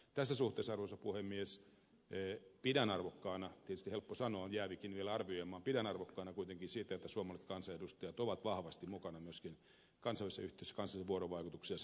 tässä suhteessa arvoisa puhemies pidän arvokkaana sitä tietysti on helppo sanoa olen jäävikin arvioimaan että suomalaiset kansanedustajat ovat vahvasti mukana myöskin kansainvälisessä yhteistyössä kansainvälisessä vuorovaikutuksessa